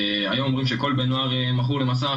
היום אומרים שכל בני הנוער מכורים למסכים,